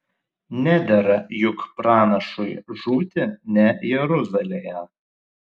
nedera juk pranašui žūti ne jeruzalėje